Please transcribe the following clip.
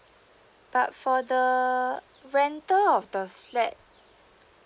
but for the rental of the flat